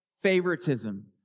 favoritism